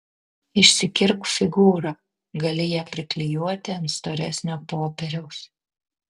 išsikirpk figūrą gali ją priklijuoti ant storesnio popieriaus